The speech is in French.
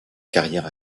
carrière